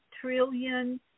trillion